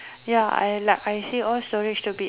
ya I like I say all storage to be